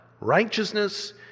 righteousness